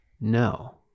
no